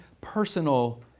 personal